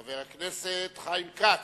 חבר הכנסת חיים כץ,